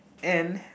and